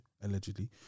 allegedly